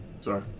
sorry